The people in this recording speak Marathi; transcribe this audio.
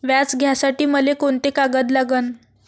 व्याज घ्यासाठी मले कोंते कागद लागन?